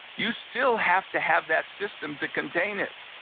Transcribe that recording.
you still have to have that system to contain it.